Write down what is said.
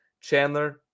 Chandler